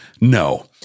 No